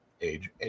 age